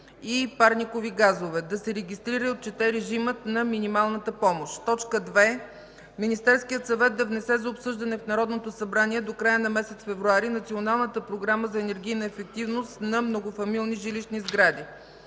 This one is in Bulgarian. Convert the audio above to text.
и парниковите газове; - да се регистрира и отчете режимът на „минималната помощ”. 2. Министерският съвет да внесе за обсъждане в Народното събрание до края на месец февруари Националната програма за енергийна ефективност на многофамилни жилищни сгради.